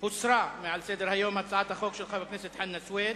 הוסרה מעל סדר-היום הצעת החוק של חבר הכנסת חנא סוייד.